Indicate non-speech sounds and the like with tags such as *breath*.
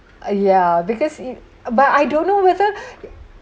uh yeah because i~ but I don't know whether *breath*